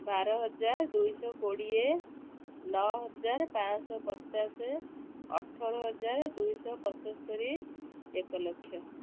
ବାର ହଜାର ଦୁଇ ଶହ କୋଡ଼ିଏ ନଅ ହଜାର ପାଞ୍ଚ ଶହ ପଚାଶ ଅଠର ହଜାର ଦୁଇ ଶହ ପଞ୍ଚସ୍ତରି ଏକ ଲକ୍ଷ